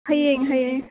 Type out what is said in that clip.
ꯍꯌꯦꯡ ꯍꯌꯦꯡ